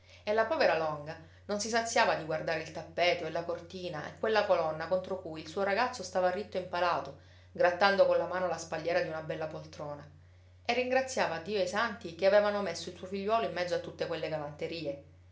e la povera longa non si saziava di guardare il tappeto e la cortina e quella colonna contro cui il suo ragazzo stava ritto impalato grattando colla mano la spalliera di una bella poltrona e ringraziava dio e i santi che avevano messo il suo figliuolo in mezzo a tutte quelle galanterie